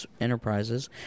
enterprises